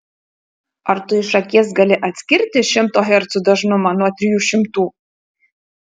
ar tu iš akies gali atskirti šimto hercų dažnumą nuo trijų šimtų